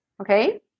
Okay